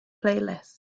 playlist